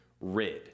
rid